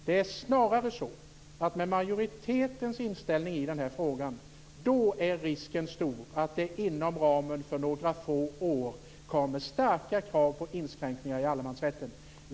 Det är snarare majoritetens inställning i den här frågan som gör risken stor för att det inom några få år kommer starka krav på inskränkningar i allemansrätten.